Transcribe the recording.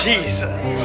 Jesus